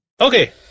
Okay